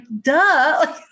duh